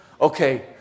Okay